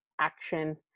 action